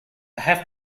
have